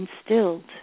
instilled